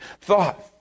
thought